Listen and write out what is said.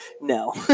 no